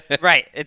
Right